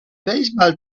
baseball